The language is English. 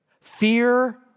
Fear